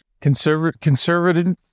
conservative